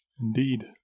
Indeed